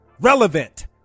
relevant